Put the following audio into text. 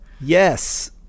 yes